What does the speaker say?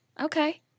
Okay